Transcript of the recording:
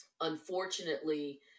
unfortunately